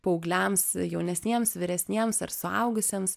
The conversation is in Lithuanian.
paaugliams jaunesniems vyresniems ar suaugusiems